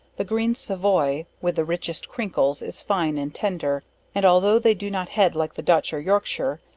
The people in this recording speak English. the green savoy, with the richest crinkles, is fine and tender and altho' they do not head like the dutch or yorkshire,